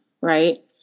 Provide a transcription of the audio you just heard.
right